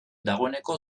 dagoeneko